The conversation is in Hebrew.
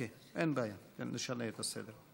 אין בעיה, אז נשנה את הסדר.